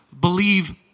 believe